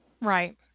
Right